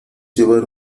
llevar